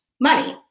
money